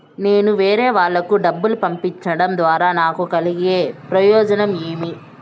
నేను వేరేవాళ్లకు డబ్బులు పంపించడం ద్వారా నాకు కలిగే ప్రయోజనం ఏమి?